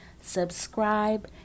subscribe